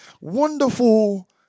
wonderful